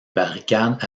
barricades